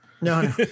No